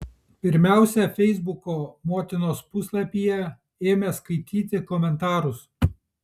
pirmiausia feisbuko motinos puslapyje ėmė skaityti komentarus